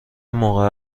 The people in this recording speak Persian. موقع